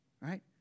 right